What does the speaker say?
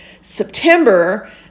September